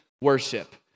worship